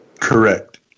Correct